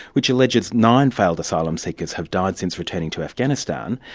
which alleges nine failed asylum seekers have died since returning to afghanistan,